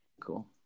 cool